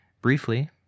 Briefly